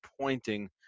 pointing